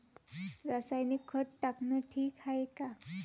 रासायनिक खत टाकनं ठीक हाये का?